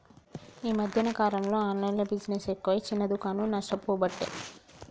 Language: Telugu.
ఈ మధ్యన కాలంలో ఆన్లైన్ బిజినెస్ ఎక్కువై చిన్న దుకాండ్లు నష్టపోబట్టే